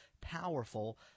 powerful